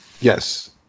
Yes